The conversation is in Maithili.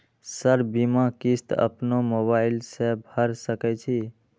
सर बीमा किस्त अपनो मोबाईल से भर सके छी?